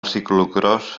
ciclocròs